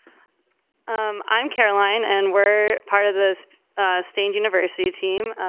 um i'm caroline, and we're part of this stange university team,